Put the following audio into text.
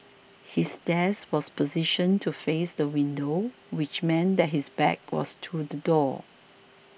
his desk was positioned to face the window which meant that his back was to the door